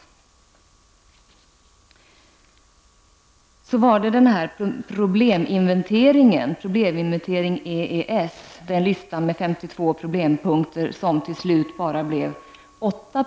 När det sedan gäller probleminventering EES, den lista med femtiotvå problempunkter som till slut bara blev åtta.